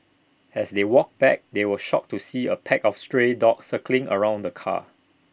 as they walked back they were shocked to see A pack of stray dogs circling around the car